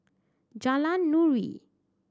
Jalan Nuri